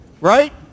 right